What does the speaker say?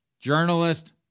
journalist